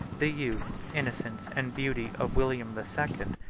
the youth, innocence, and beauty of william the second,